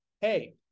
hey